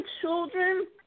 children